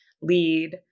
lead